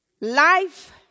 Life